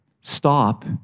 stop